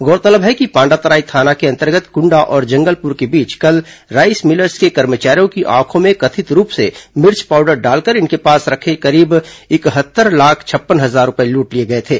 गौरतलब है कि पांडातराई थाना के अंतर्गत कुंडा और जंगलपुर के बीच कल राईस मिलर्स के कर्मचारियों की आंखों में कथित रूप से मिर्च पावडर डालकर इनके पास रखे करीब इकहत्तर लाख छप्पन हजार रूपये लूट लिए गए थे